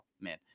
man